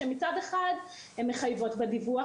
שמצד אחד מחייבות בדיווח